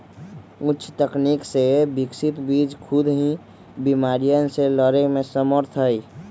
उच्च तकनीक से विकसित बीज खुद ही बिमारियन से लड़े में समर्थ हई